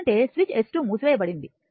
ఎందుకంటే switch S2 మూసివేయబడింది